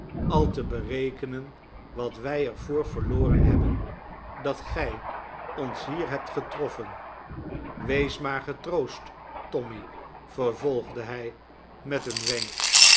al te berekenen wat wij er door verloren hebben dat gij ons hier hebt getroffen wees maar getroost tommy vervolgde hij met een wenk